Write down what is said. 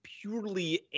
purely